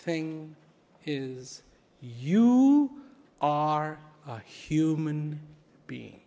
thing is you are human be